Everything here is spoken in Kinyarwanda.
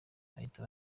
bahita